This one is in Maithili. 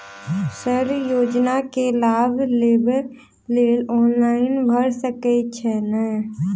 सर योजना केँ लाभ लेबऽ लेल ऑनलाइन भऽ सकै छै नै?